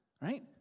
right